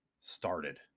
started